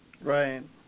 Right